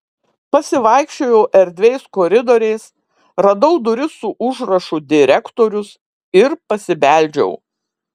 pasivaikščiojau erdviais koridoriais radau duris su užrašu direktorius ir pasibeldžiau